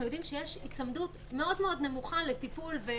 יודעים שיש היצמדות מאוד מאוד נמוכה להנחיות,